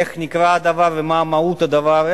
איך נקרא הדבר ומה מהות הדבר,